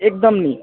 एकदम नि